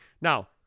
Now